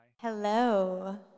Hello